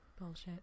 Bullshit